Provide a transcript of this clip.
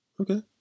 Okay